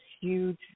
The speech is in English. huge